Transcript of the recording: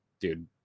dude